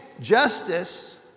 justice